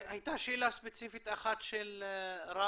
הייתה שאלה ספציפית אחת על רהט,